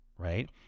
right